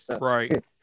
Right